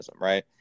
right